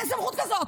אין סמכות כזו.